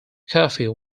curfew